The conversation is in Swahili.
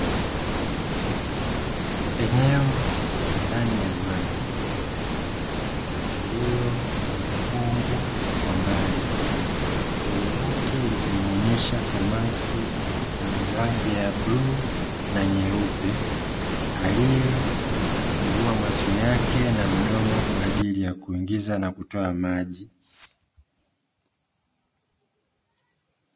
Eneo la ndani ya maji, lililo na ukungu kwa mbali. Mbele yake likimuonyesha samaki mwenye rangi ya blue na nyeupe aliyefungua macho yake na mdomo kwaajili ya kuingiza na kutoa maji.